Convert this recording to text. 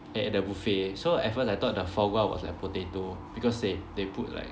at the buffet so at first I thought the foie gras was like potato because they they put like